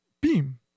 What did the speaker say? beam